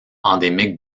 endémique